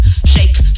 shake